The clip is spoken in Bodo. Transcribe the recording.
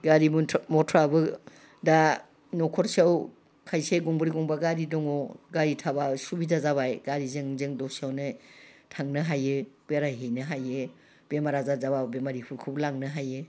गारि मथरफ्राबो दा न'खरसेयाव खायसे गंब्रै गंबा गारि दङ गारि थाब्ला सुबिदा जाबाय गारिजों जों दसेयावनो थांनो हायो बेरायहैनो हायो बेमार आजार जाब्लाबो बेमारिफोरखौबो लांनो हायो